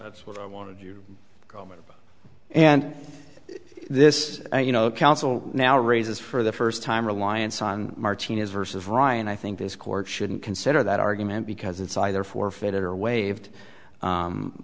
that's what i wanted you go and this you know council now raises for the first time reliance on martinez versus ryan i think this court shouldn't consider that argument because it's either forfeited or waived